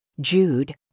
Jude